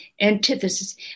Antithesis